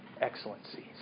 excellencies